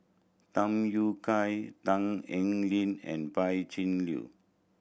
Tham Yui Kai Tan Eng Ling and Pan Cheng Lui